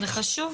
זה חשוב.